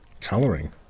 colouring